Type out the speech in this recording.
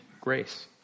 grace